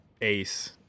Ace